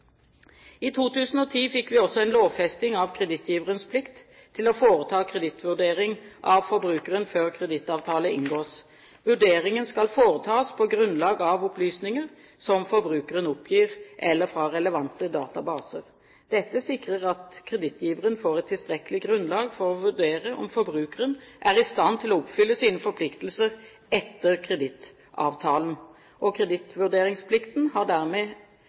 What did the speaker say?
I 2010 fikk vi også en lovfesting av kredittgiverens plikt til å foreta en kredittvurdering av forbrukeren før kredittavtale inngås. Vurderingen skal foretas på grunnlag av opplysninger som forbrukeren oppgir, eller fra relevante databaser. Dette sikrer at kredittgiveren får et tilstrekkelig grunnlag for å vurdere om forbrukeren er i stand til å oppfylle sine forpliktelser etter kredittavtalen. Kredittvurderingsplikten har dermed